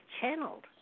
channeled